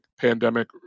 pandemic